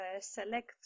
select